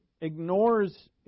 ignores